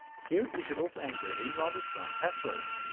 here you should also enter a rather strong password.